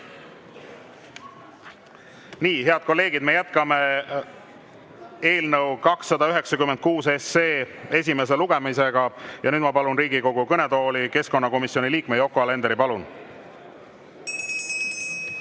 Nii, head kolleegid, me jätkame eelnõu 296 esimest lugemist. Ma palun Riigikogu kõnetooli keskkonnakomisjoni liikme Yoko Alenderi. Palun!